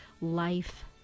life